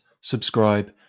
subscribe